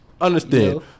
Understand